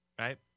Right